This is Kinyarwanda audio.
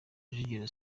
rujugiro